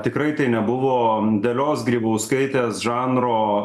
tikrai tai nebuvo dalios grybauskaitės žanro